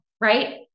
right